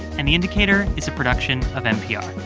and the indicator is a production of npr